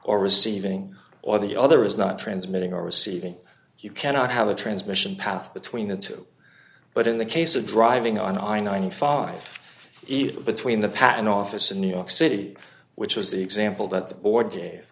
receiving or the other is not transmitting or receiving you cannot have the transmission path between the two but in the case of driving on i ninety five evil between the patent office in new york city which was the example that the board ga